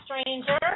stranger